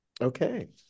okay